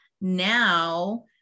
now